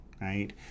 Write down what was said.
right